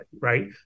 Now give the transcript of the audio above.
right